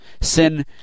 Sin